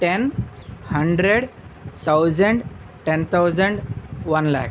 ten hundred thousand ten thousand one lakh